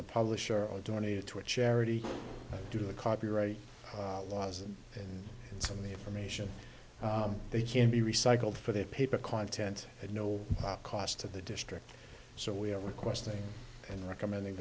the publisher or donated to a charity due to a copyright laws and and some of the information they can be recycled for their paper content at no cost to the district so we are requesting and recommending